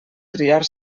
triar